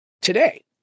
today